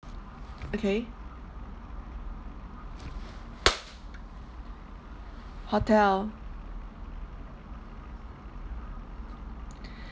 okay hotel